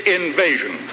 invasion